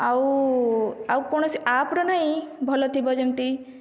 ଆଉ ଆଉ କୌଣସି ଆପ୍ରେ ନାହିଁ ଭଲ ଥିବ ଯେମିତି